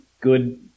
good